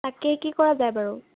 তাকে কি কৰা যায় বাৰু